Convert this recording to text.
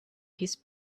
his